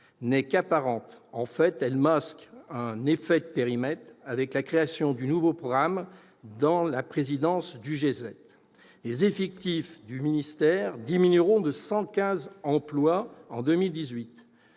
n'est qu'apparente ; en fait, elle masque un effet de périmètre, avec la création du nouveau programme pour la présidence du G7. Les effectifs du ministère diminueront de 115 emplois en 2018.